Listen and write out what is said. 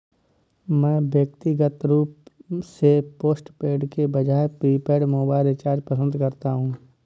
मैं व्यक्तिगत रूप से पोस्टपेड के बजाय प्रीपेड मोबाइल रिचार्ज पसंद करता हूं